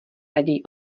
raději